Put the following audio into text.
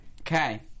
okay